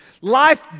Life